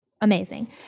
amazing